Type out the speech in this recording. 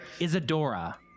Isadora